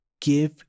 Give